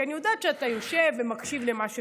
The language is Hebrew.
כי אני יודעת שאתה יושב ומקשיב למה שקורה.